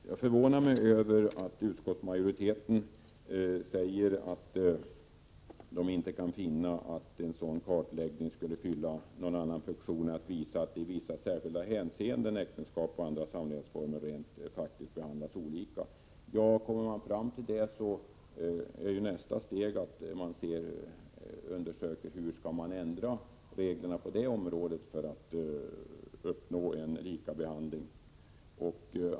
Jag förvånar mig över att utskottsmajoriteten säger att den inte kan finna att en sådan kartläggning skulle fylla någon annan funktion än att visa att i vissa hänseenden äktenskap och andra samlevnadsformer behandlas olika. Men kommer man fram till det resultatet, blir nästa steg att undersöka hur man skall ändra reglerna för att uppnå likabehandling av olika samlevnadsformer.